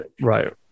Right